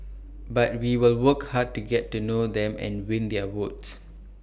but we will work hard to get to know them and win their votes